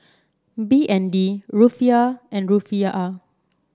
B N D Rufiyaa and Rufiyaa